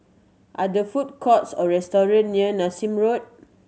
are the food courts or restaurant near Nassim Road